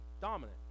dominant